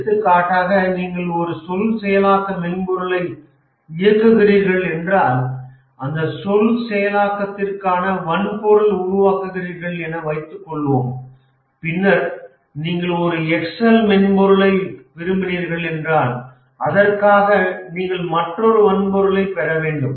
எடுத்துக்காட்டாக நீங்கள் ஒரு சொல் செயலாக்க மென்பொருளை இயக்குகிறீர்கள் என்றால் அந்த சொல் செயலாக்கத்திற்கான வன்பொருள் உருவாக்குகிறீர்கள் என வைத்துக்கொள்வோம் பின்னர் நீங்கள் ஒரு எக்செல் மென்பொருளை விரும்பினீர்கள் என்றால் அதற்காக நீங்கள் மற்றொரு வன்பொருளைப் பெற வேண்டும்